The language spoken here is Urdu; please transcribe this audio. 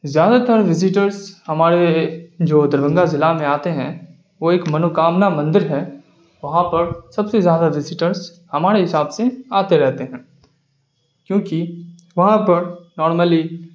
زیادہ تر وزٹرس ہمارے جو دربھنگہ ضلع میں آتے ہیں وہ ایک منوکامنا مندر ہے وہاں پر سب سے زیادہ وزٹرس ہمارے حساب سے آتے رہتے ہیں کیوں کہ وہاں پر نارملی